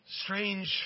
strange